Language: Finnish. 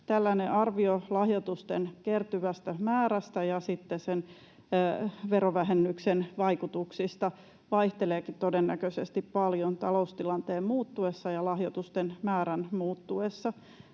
Tällainen arvio lahjoitusten kertyvästä määrästä ja sen verovähennyksen vaikutuksista vaihteleekin todennäköisesti paljon taloustilanteen muuttuessa ja lahjoitusten määrän muuttuessa.